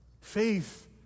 Faith